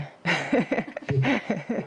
פיקוח.